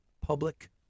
public